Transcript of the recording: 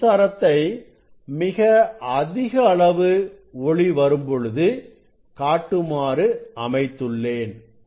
இந்த மின்சாரத்தை மிக அதிக அளவு ஒளி வரும்பொழுது காட்டுமாறு அமைத்துள்ளேன்